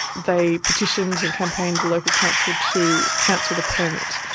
they petitioned and campaigned the local council to cancel the permit.